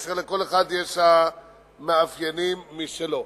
ולכל אחד יש מאפיינים משלו.